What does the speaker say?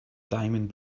diamond